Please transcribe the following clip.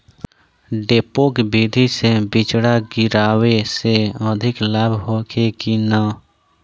डेपोक विधि से बिचड़ा गिरावे से अधिक लाभ होखे की न?